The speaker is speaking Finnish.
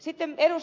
sitten ed